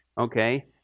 Okay